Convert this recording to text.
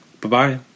Bye-bye